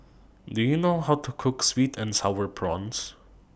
Do YOU know How to Cook Sweet and Sour Prawns